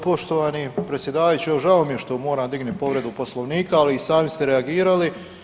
Poštovani predsjedavajući evo žao mi je što moram dignuti povredu Poslovnika, ali i sami ste reagirali.